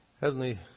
Heavenly